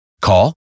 Call